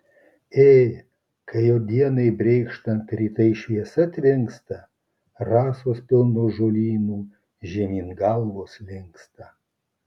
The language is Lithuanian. ė kai jau dienai brėkštant rytai šviesa tvinksta rasos pilnos žolynų žemyn galvos linksta